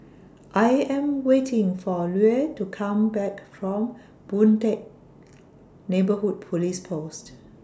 I Am waiting For Lue to Come Back from Boon Teck Neighbourhood Police Post